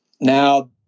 now